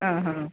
ആ ഹാ